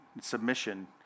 submission